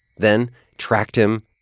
then tracked him,